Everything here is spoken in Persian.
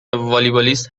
والیبالیست